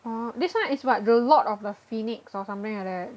orh this one is what the lord of the phoenix or something like that